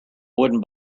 wooden